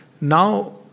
now